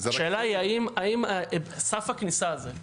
השאלה היא האם סף הכניסה הזה,